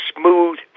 smooth